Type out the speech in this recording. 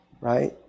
Right